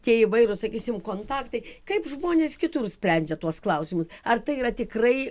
tie įvairūs sakysim kontaktai kaip žmonės kitur sprendžia tuos klausimus ar tai yra tikrai